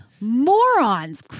morons